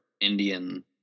Indian